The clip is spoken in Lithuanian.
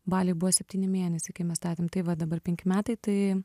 baliui buvo septyni mėnesiai kai mes statėm tai va dabar penki metai tai